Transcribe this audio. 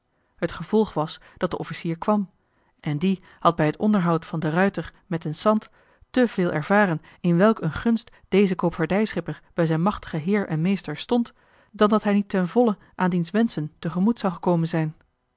het gevolg was dat de officier kwam en die had bij het onderhoud van de ruijter met den sant te veel ervaren in welk een gunst deze koopvaardijschipper bij zijn machtigen heer en meester stond dan dat hij niet ten volle aan diens wenschen te gemoet zou gekomen zijn